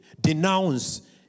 Denounce